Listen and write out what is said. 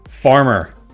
Farmer